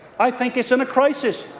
i think it's in crisis.